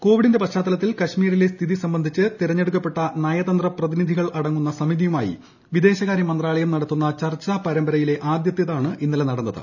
കോവിഡിന്റെ പശ്ചാത്തലത്തിൽ കശ്മീരിലെ സ്ഥിതി സംബന്ധിച്ച് തെരുഞ്ഞെടുക്കപ്പെട്ട നയതന്ത്ര പ്രതിനിധികളടങ്ങുന്ന സമിതിയ്യമായി വിദേശകാര്യമന്ത്രാലയം നടത്തുന്ന ചർച്ചാപരമ്പരയിലെ ആദ്യത്തേതാണ് ഇന്നലെ നടന്നത്